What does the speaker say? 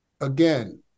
again